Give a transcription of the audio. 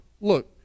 Look